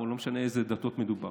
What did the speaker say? או לא משנה באיזה דתות מדובר.